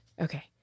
Okay